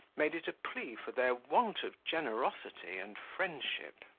made it a plea for their want of generosity and friendship.